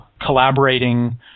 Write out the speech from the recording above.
collaborating